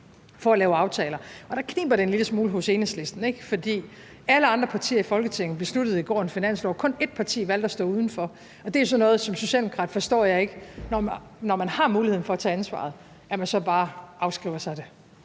for at lave aftaler. Der kniber det en lille smule hos Enhedslisten, ikke? For alle andre partier i Folketinget blev i går enige om en finanslov. Kun ét parti valgte at stå udenfor, og det er sådan noget, jeg som socialdemokrat ikke forstår, altså at når man har muligheden for at tage ansvar, så afskriver man sig det